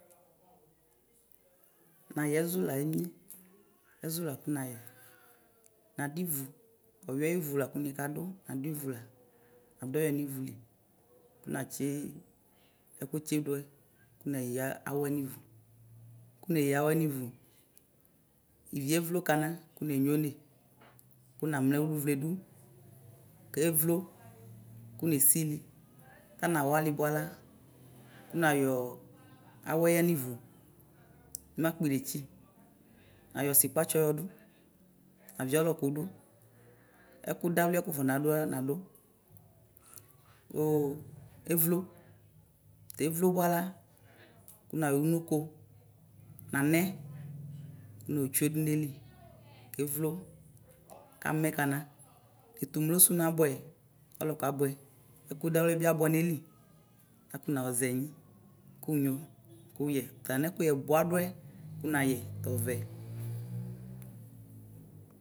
Nayɛ ɛzʋ la emie ɛzʋ lakʋ nayɛ nadʋ ivu ɔwiɛ ayʋ ivʋ laku nika dʋ nadʋ ivʋ la nadʋ ɔwiɛ nivʋli natsi ɛkʋ tsi dʋɛ kuneya awɔɛ nivʋ ivi evlo kana kʋ nenone ku namlɛ ʋlʋvledʋ kevlo kunesiti kunawali bʋala kunayɔ awɛya nʋ ivʋ nakpidetsi nayɔ ɔsikpatsɔ yɔdʋ navi ɔlɔkʋdʋ ɛkudawliɛ ku wafɔ nadʋɛ ku nadʋ evlo tewlo bʋala kʋnayɔ ɔnoko nanɛ notsue danʋ ayili kevlo kamɛ kana netʋ mlosʋ nʋ abʋɛ ɔlɔkʋ abʋɛ ɛkudawliɛ bi abʋɛ neli lakʋ nɔzɛnyi kʋnyo koyɛ talanʋ ɛkʋyɛ bʋadʋɛ kunayɛ tɔvɛ.